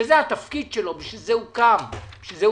שזה התפקיד שלו ולשם כך הוא קם וקיים,